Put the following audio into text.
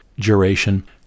duration